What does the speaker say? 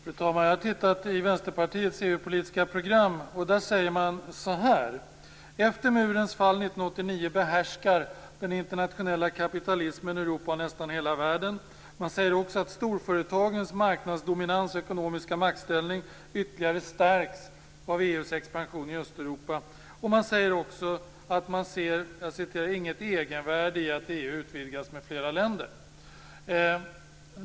Fru talman! Jag har tittat i Vänsterpartiets EU politiska program, där man säger att efter murens fall 1989 behärskar den internationella kapitalismen Europa och nästan hela världen. Man uttalar att storföretagens marknadsdominans och ekonomiska maktställning ytterligare stärks av EU:s expansion i Östeuropa. Man säger också att man inte ser något egenvärde i att EU utvidgas med flera länder.